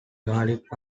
garlic